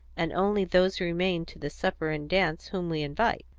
and only those remain to the supper and dance whom we invite.